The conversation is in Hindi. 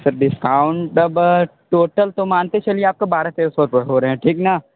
सर डिस्काउंट अब टोटल तो मान के चलिए आपका बाराह सौ तरह हो रहे है ठीक ना